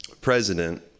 president